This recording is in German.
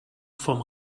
vom